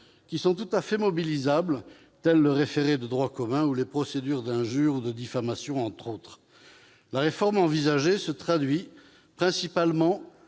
qui sont tout à fait mobilisables, telles que le référé de droit commun ou les procédures d'injure ou de diffamation entre autres. La réforme envisagée se traduit principalement